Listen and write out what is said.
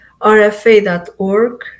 rfa.org